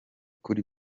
kuri